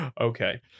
Okay